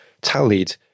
tallied